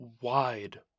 wide